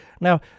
Now